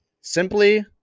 simply